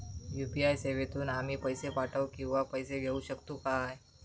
UPI सेवेतून आम्ही पैसे पाठव किंवा पैसे घेऊ शकतू काय?